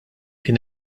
kien